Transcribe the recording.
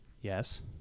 Yes